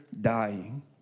dying